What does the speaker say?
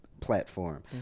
platform